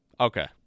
Okay